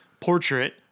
portrait